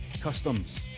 Customs